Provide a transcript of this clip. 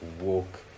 Walk